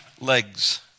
legs